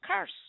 curse